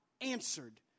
answered